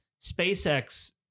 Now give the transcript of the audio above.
SpaceX